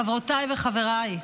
חברותיי וחבריי,